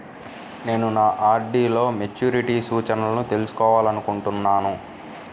నేను నా ఆర్.డీ లో మెచ్యూరిటీ సూచనలను తెలుసుకోవాలనుకుంటున్నాను